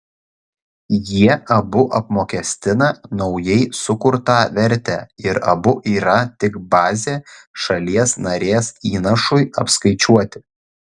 jie abu apmokestina naujai sukurtą vertę ir abu yra tik bazė šalies narės įnašui apskaičiuoti